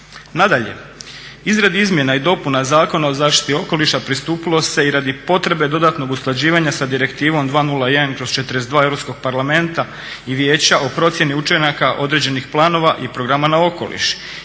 Nadalje, izradi izmjena i dopuna Zakona o zaštiti okoliša pristupilo se i radi potrebe dodatnog usklađivanja sa Direktivom 201/41 Europskog parlamenta i Vijeća o procjeni učinaka određenih planova i programa na okoliš